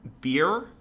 beer